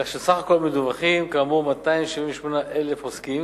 כך שסך הכול מדווחים כאמור 278,000 עוסקים.